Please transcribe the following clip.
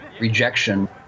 rejection